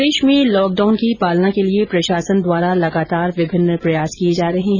प्रदेश में लॉकडाउन की पालना के लिए प्रशासन द्वारा लगातार विभिन्न प्रयास किए जा रहे है